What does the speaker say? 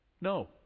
No